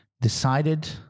decided